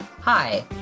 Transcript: hi